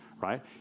right